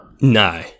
no